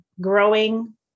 growing